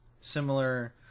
similar